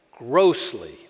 grossly